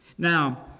Now